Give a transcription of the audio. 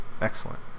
Excellent